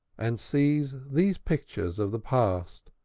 and sees these pictures of the past,